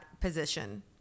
position